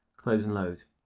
close and load.